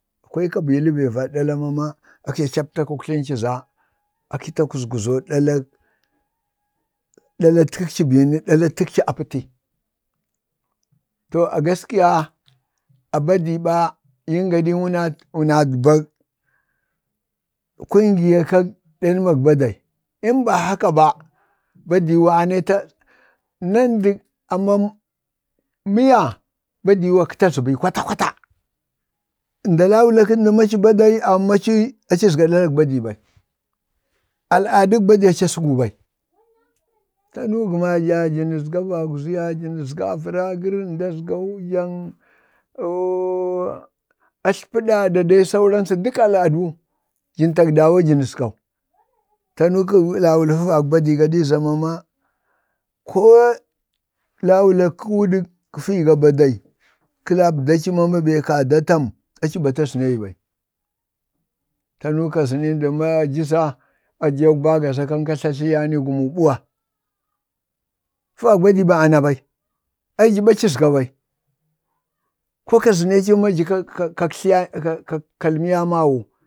akwai kabilu be va ɗala mama akci akcin cu akci tapə uktlinci za aci ta kuzguzi ɗalak ɗalatkakci bini ɗalatkaci a pəti. to a gaskiya a badi ɓa yin gaɗi wunadgwa wunadgwa badi akətə azɔ ɓai kwata kwata, mda laukak-kənd ma aci badai, aci azga dalak badi bai, 'al'aduk badi aci asogu bai, tanu gəna ja jənəzga jəzga avəlagər, jəz gau jaŋ oo atləpəɗa da dai sauran su, duk al'adu jən tag ɗawo jə nazgane tanu kə laulu fəvak badi mama koo kə laula wuɗək fii gabidai, kə labdaci mama be kada tam? aci azanəgi bai tanu ka zanən di maa aji za, ajeek kbaga za kan ka tlatlatiyi ni gumuk ɓuwa, fəvak badi anabai, aci ja ɓa aciɔzga ɓai koo ka zənəci ma aji kaŋ kaktliya mawu,